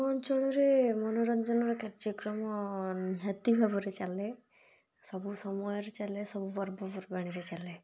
ଆମ ଅଞ୍ଚଳରେ ମନୋରଞ୍ଜନର କାର୍ଯ୍ୟକ୍ରମ ନିହାତି ଭାବରେ ଚାଲେ ସବୁ ସମୟରେ ଚାଲେ ସବୁ ପର୍ବପର୍ବାଣିରେ ଚାଲେ